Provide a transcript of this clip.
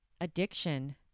addiction